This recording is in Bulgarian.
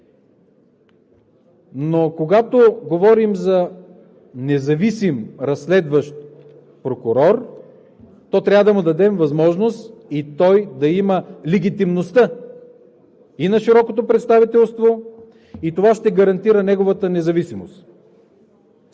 Но, когато говорим за независим разследващ прокурор, трябва да му дадем възможност да има легитимността и на широкото представителство. Това ще гарантира неговата независимост.